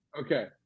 okay